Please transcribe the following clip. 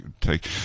take